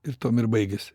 ir tuom ir baigėsi